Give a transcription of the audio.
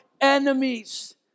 enemies